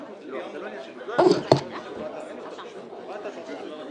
נותן שירותי התשלום למוטב והמוטב רשאים